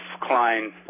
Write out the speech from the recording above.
Klein